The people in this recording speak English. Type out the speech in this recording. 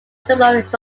symbolic